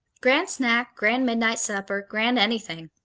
grand snack, grand midnight supper, grand anything.